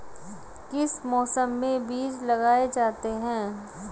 किस मौसम में बीज लगाए जाते हैं?